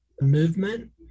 movement